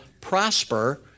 prosper